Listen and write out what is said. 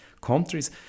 countries